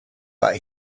but